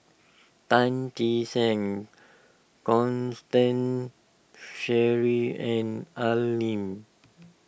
Tan Che Sang Constance Sheares and Al Lim